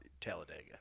Talladega